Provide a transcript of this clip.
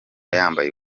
yambaye